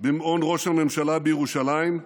במעון ראש הממשלה בירושלים,